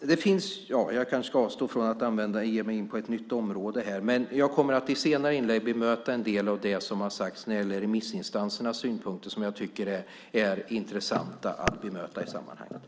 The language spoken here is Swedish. Jag ska avstå från att ge mig in på ett nytt område, men jag kommer att i senare inlägg bemöta en del av det som har sagts när det gäller remissinstansernas synpunkter som är intressanta i sammanhanget.